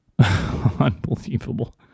unbelievable